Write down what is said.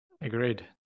Agreed